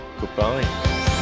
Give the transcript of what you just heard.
Goodbye